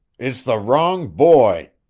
it's the wrong boy!